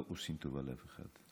לא עושים טובה לאף אחד.